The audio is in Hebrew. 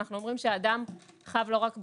אנחנו אומרים שהאדם חב לא רק בקרן,